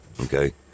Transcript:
okay